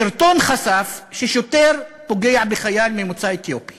הסרטון חשף ששוטר פוגע בחייל ממוצא אתיופי,